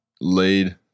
laid